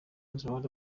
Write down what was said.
lallana